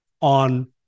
on